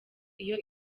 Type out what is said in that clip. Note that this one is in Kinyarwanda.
iyo